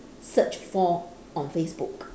searched for on facebook